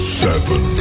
seven